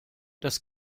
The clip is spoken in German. das